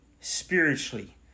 spiritually